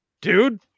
dude